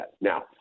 Now